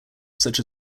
such